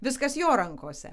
viskas jo rankose